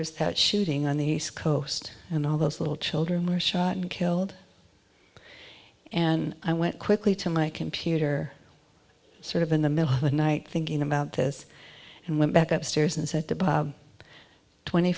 that shooting on the east coast and all those little children were shot and killed and i went quickly to my computer sort of in the middle of the night thinking about this and went back upstairs